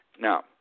Now